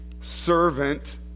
servant